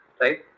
right